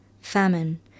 famine